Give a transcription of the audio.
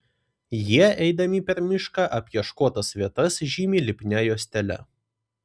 jie eidami per mišką apieškotas vietas žymi lipnia juostele